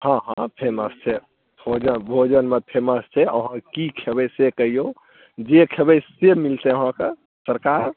हँ हँ फेमस छै भोजन भोजनमे फेमस छै अहाँ की खयबै से कहिऔ जे खयबै से मिलतै अहाँकऽ सरकार